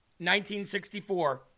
1964